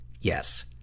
yes